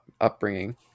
upbringing